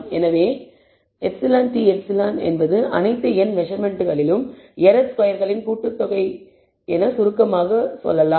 எனவே εTε என்பது அனைத்து n மெசர்மென்ட்களிலும் எரர் ஸ்கொயர்களின் கூட்டுத்தொகை என சுருக்கமாக சொல்லலாம்